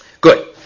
good